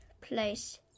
place